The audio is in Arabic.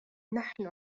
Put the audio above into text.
نحن